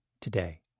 today